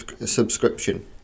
subscription